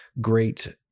great